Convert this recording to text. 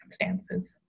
circumstances